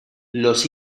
los